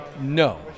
no